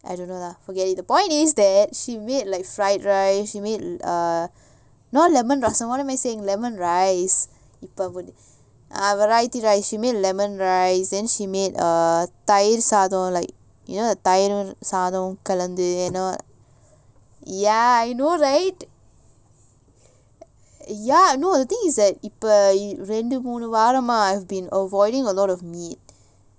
I don't know lah forget it the point is that she made like fried rice you mean err not lemon லெமன்ரசம்:lemon rasam what am I saying lemon rice இப்ப:ippa err variety right then she mean lemon rice she made a தயிர்சாதம்:thayir sadham like you know the தயிர்சாதம்கலந்து:thayir sadham kalanthu ya I know right yeah no the thing is இப்பரெண்டுமூணுவாரமா:ipa rendu moonu varama I have been avoiding a lot of meat